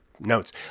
notes